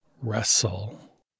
Wrestle